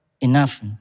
enough